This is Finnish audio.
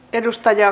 edustaja